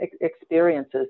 experiences